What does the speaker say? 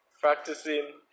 Practicing